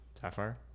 Sapphire